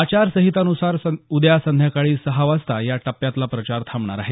आचार संहितेनुसार उद्या संध्याकाळी सहा वाजता या टप्प्यातला प्रचार थांबणार आहे